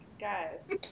guys